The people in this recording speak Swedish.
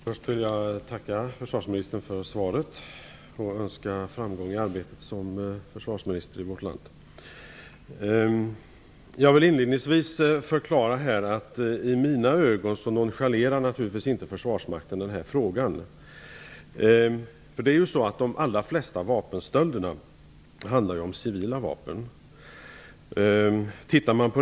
Fru talman! Först vill jag tacka försvarsministern för svaret och önska honom framgång i arbetet som försvarsminister i vårt land. Jag vill inledningsvis förklara att försvarsmakten naturligtvis inte i mina ögon nonchalerar den här frågan. De allra flesta vapenstölderna handlar om civila vapen.